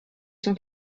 son